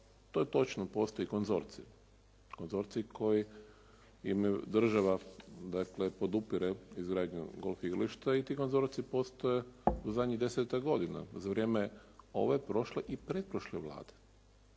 to je točno. Postoji konzorcij, konzorcij kojim država podupire izgradnju golf igrališta i ti konzorciji postoje u zadnjih desetak godina. Za vrijeme ove, prošle i pretprošle Vlade